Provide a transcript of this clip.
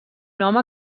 home